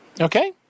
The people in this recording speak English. Okay